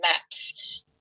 maps